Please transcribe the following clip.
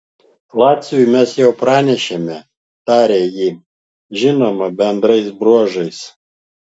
laciui mes jau pranešėme tarė ji žinoma bendrais bruožais